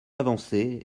avancer